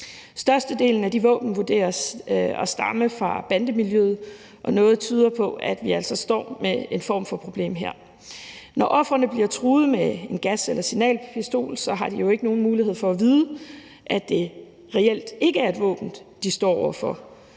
Størstedelen af de våben vurderes at stamme fra bandemiljøet, og noget tyder på, at vi altså står med en form for problem her. Når ofrene bliver truet med en gas- eller signalpistol, har de jo ikke nogen mulighed for at vide, at det reelt ikke er et våben, de står over for.